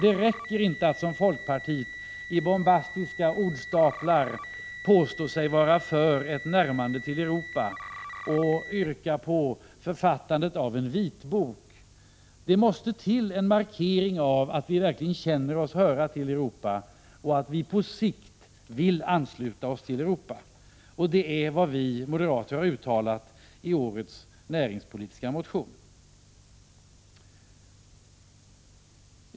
Det räcker inte att som folkpartiet gör i bombastiska ordstaplar påstå sig vara för ett närmande till Europa och yrka på författandet av en vitbok. Det måste till en markering av att vi verkligen känner att vi hör till Europa och att vi på sikt vill ansluta oss till Europa. Det är vad vi moderater har uttalat i årets näringspolitiska motion.